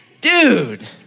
dude